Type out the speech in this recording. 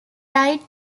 died